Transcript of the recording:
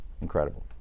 Incredible